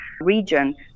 region